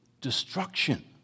destruction